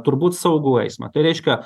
turbūt saugų eismą tai reiškia